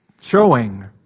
showing